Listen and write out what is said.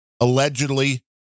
allegedly